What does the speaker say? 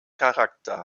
charakter